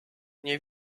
nie